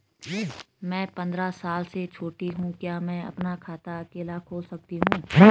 मैं पंद्रह साल से छोटी हूँ क्या मैं अपना खाता अकेला खोल सकती हूँ?